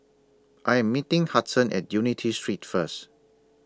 I Am meeting Hudson At Unity Street First